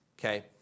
Okay